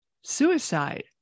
suicide